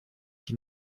qui